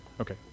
Okay